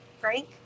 frank